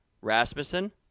Rasmussen